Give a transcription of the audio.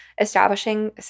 establishing